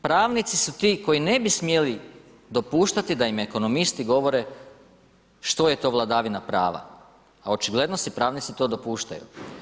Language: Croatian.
Pravnici su ti koji ne bi smjeli dopuštati da im ekonomisti govore što je to vladavina prava a očigledno si pravnici to dopuštaju.